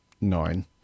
Nine